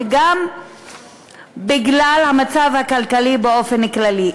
וגם בגלל המצב הכלכלי באופן כללי.